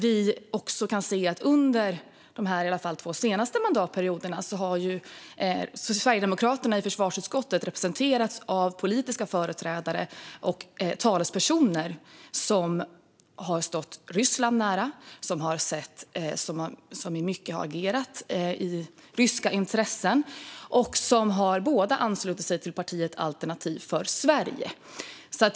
Vi kan nämligen se att Sverigedemokraterna i alla fall under de två senaste mandatperioderna har representerats i försvarsutskottet av politiska företrädare och talespersoner som har stått Ryssland nära, som i mycket har agerat i enlighet med ryska intressen och som nu båda har anslutit sig till partiet Alternativ för Sverige.